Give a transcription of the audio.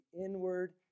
inward